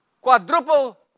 quadruple